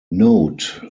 note